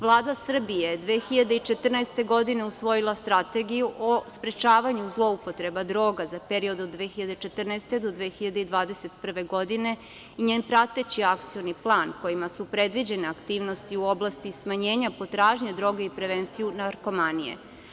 Vlada Srbije je 2014. godine usvojila Strategiju o sprečavanju zloupotreba droga za period od 2014. do 2021. godine i njen prateći akcioni plan kojima su predviđene aktivnosti u oblasti smanjenja potražnje droga i prevenciju narkomanije.